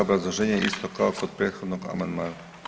Obrazloženje isto kao kod prethodnog amandmana.